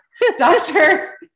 doctor